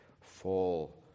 fall